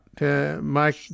Mike